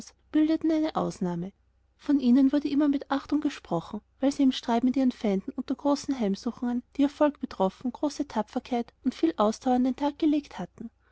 bildeten eine ausnahme von ihnen wurde immer mit achtung gesprochen weil sie im streit mit ihren feinden untergroßenheimsuchungen dieihrvolkbetroffen großetapferkeitundviel ausdauer an den tag gelegt hatten